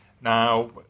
Now